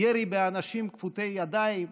ירי באנשים כפותי ידיים,